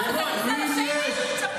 לא קרה כלום.